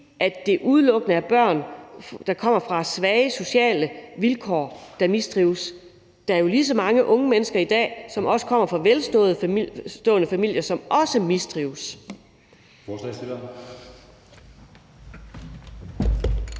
at det udelukkende er børn, der kommer fra svage sociale vilkår, der mistrives. Der er jo lige så mange unge mennesker i dag, som kommer fra velstående familier, og som også mistrives.